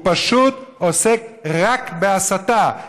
הוא פשוט עוסק רק בהסתה.